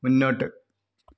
മുന്നോട്ട്